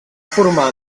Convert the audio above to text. formar